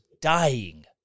dying